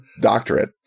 doctorate